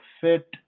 fit